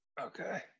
Okay